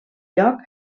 lloc